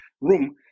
room